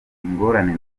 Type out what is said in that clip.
ingorane